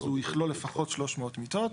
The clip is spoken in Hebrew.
אז הוא יכלול לפחות 300 מיטות.